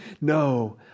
No